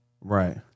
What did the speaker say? right